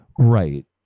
Right